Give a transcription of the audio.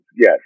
Yes